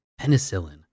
penicillin